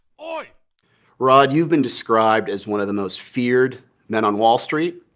ah rod, you've been described as one of the most feared men on wall street,